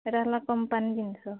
ଏଇଟା ହେଲା କମ୍ପାନୀ ଜିନିଷ